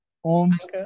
und